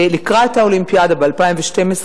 ולקראת האולימפיאדה ב-2012,